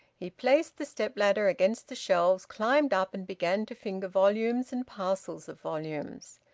he placed the step-ladder against the shelves, climbed up, and began to finger volumes and parcels of volumes.